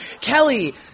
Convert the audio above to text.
Kelly